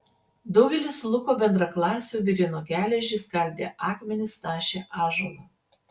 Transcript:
daugelis luko bendraklasių virino geležį skaldė akmenis tašė ąžuolą